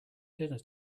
dinner